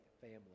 family